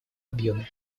объеме